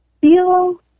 feel